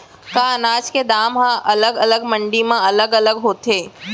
का अनाज के दाम हा अलग अलग मंडी म अलग अलग होथे?